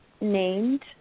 named